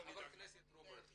אנחנו --- חבר הכנסת רוברט,